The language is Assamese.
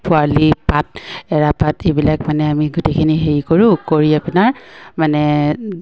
পোৱালি পাত এৰাপাত এইবিলাক মানে আমি গোটেইখিনি হেৰি কৰোঁ কৰি আপোনাৰ মানে